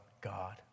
God